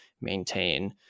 maintain